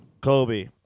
Kobe